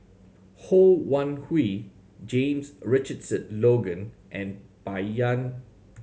Ho Wan Hui James Richardson Logan and Bai Yan